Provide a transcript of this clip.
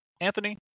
Anthony